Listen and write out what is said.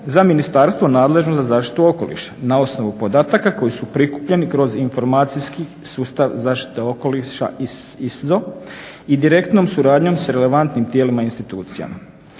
za ministarstvo nadležno za zaštitu okoliša na osnovu podataka koji su prikupljeni kroz informacijski sustav zaštite okoliša ISZO i direktnom suradnjom s relevantnim tijelima i institucijama.